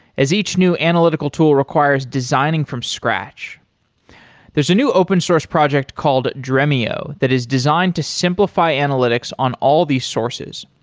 as each new analytical tool requires designing from scratch there's a new open source project called dremio that is designed to simplify analytics on all these sources.